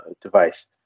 device